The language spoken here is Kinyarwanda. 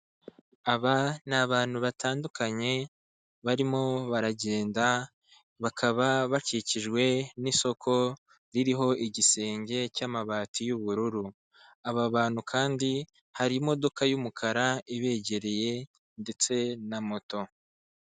Aba ni abantu batandukanye barimo baragenda, bakaba bakikijwe n'isoko ririho igisenge cy'amabati y'ubururu, aba bantu kandi hari imodoka y'umukara ibegereye ndetse na moto.